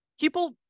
People